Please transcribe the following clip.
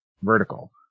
vertical